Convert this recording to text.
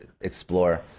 explore